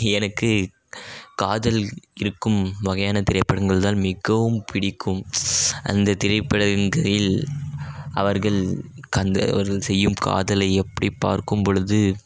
எனக்கு காதல் இருக்கும் வகையான திரைப்படங்கள்தான் மிகவும் பிடிக்கும் அந்த திரைப்படங்களில் அவர்கள் அந்த ஒரு அவர்கள் செய்யும் காதலை எப்படி பார்க்கும் பொழுது